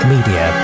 Media